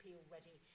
already